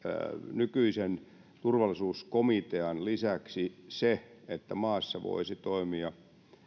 nykyisen turvallisuuskomitean lisäksi se että maassa voisi toimia